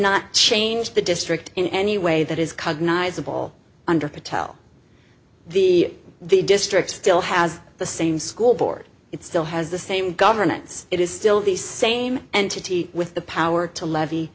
not change the district in any way that is cognize of all under patel the the district still has the same school board it still has the same governance it is still the same entity with the power to levy